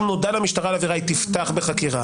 נודע למשטרה על עבירה היא תפתח בחקירה,